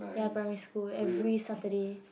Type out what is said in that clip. ya primary school every Saturday